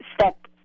step